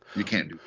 you can't do